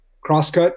Crosscut